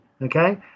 Okay